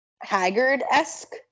Haggard-esque